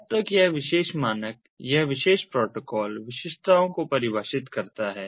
अब तक यह विशेष मानक यह विशेष प्रोटोकॉल विशिष्टताओं को परिभाषित करता है